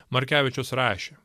markevičius rašė